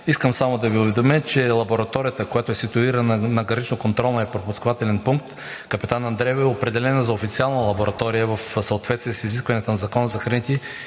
Искам само да Ви, уведомя, че лабораторията, която е ситуирана на Гранично-контролния пропускателен пункт „Капитан Андреево“ е определена за официална лаборатория в съответствие с изискванията на Закона за храните